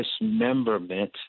dismemberment